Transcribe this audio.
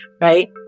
right